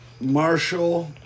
Marshall